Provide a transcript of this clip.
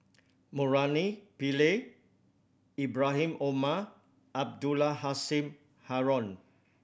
Murali Pillai Ibrahim Omar Abdul Halim Haron